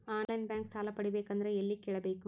On line bank ಸಾಲ ಪಡಿಬೇಕಂದರ ಎಲ್ಲ ಕೇಳಬೇಕು?